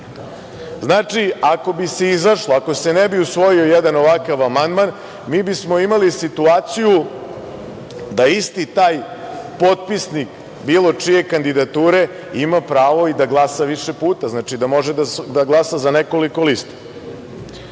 ako bi se izašlo, ako se ne bi usvojio jedan ovakav amandman, mi bismo imali situaciju da isti taj potpisnik bilo čije kandidature ima pravo i da glasa više puta. Znači da može da glasa za nekoliko